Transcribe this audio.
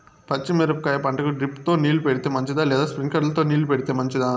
పచ్చి మిరపకాయ పంటకు డ్రిప్ తో నీళ్లు పెడితే మంచిదా లేదా స్ప్రింక్లర్లు తో నీళ్లు పెడితే మంచిదా?